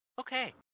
Okay